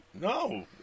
No